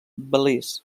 belize